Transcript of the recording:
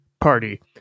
party